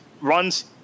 runs